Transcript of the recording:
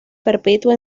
perpetua